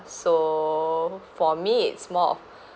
so for me it's more of